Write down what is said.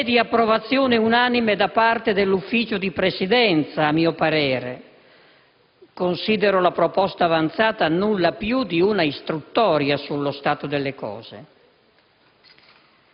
né di approvazione unanime da parte del Consiglio di Presidenza, a mio parere (considero la proposta avanzata nulla più di una istruttoria sullo stato delle cose),